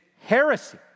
heresy